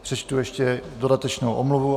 Přečtu ještě dodatečnou omluvu.